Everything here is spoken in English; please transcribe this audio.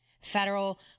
federal